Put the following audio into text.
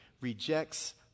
rejects